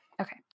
okay